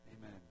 Amen